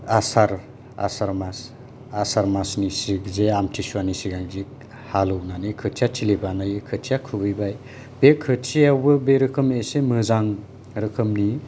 आसार आसार मास आसार मासनि जे आमथिसुवानि सिगां हालौनानै खोथिया थिलि बानायो खोथिया थिलि खुबैबाय बे खोथियायावबो बे रोखोम मोजां रोखोमनि